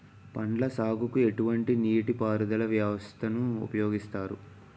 పండ్ల సాగుకు ఎటువంటి నీటి పారుదల వ్యవస్థను ఉపయోగిస్తారు?